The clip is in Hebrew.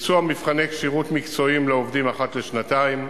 ביצוע מבחני כשירות מקצועיים לעובדים אחת לשנתיים,